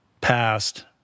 past